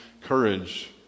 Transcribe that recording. courage